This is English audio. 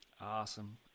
Awesome